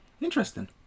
interesting